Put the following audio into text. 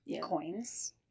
coins